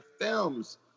films